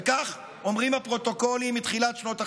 וכך אומרים הפרוטוקולים מתחילת שנות החמישים: